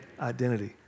Identity